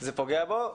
זה פוגע בו.